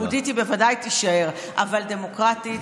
יהודית היא בוודאי תישאר, אבל דמוקרטית?